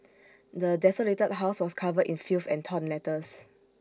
the desolated house was covered in filth and torn letters